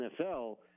NFL